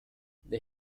they